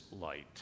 light